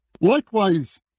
Likewise